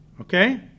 okay